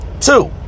two